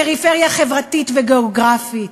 פריפריה חברתית וגיאוגרפית?